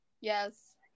Yes